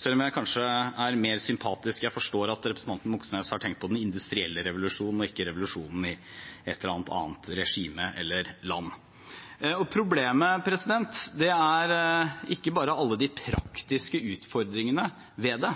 selv om jeg kanskje er mer sympatisk – jeg forstår at representanten Moxnes har tenkt på den industrielle revolusjonen og ikke revolusjonen i et eller annet annet regime eller land. Problemet er ikke bare alle de praktiske utfordringene ved det,